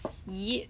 yup